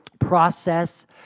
process